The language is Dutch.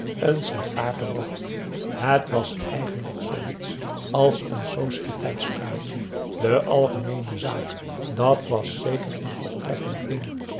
een sigaar gerookt het was eigenlijk zooiets als een sociëteitspraatje de algemeene zaak dat was zeker een voortreffelijk ding